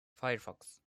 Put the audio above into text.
firefox